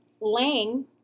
Lang